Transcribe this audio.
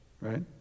right